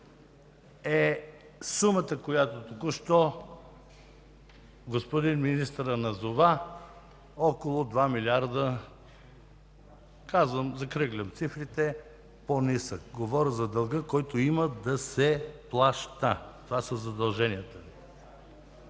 е сумата, която току-що господин министърът назова – около 2 милиарда по-нисък, закръглям цифрите. Говоря за дълга, който има да се плаща – това са задълженията.